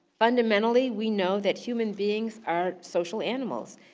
fundamentally, we know that human beings are social animals,